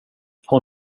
har